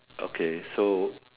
okay so